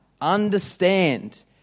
Understand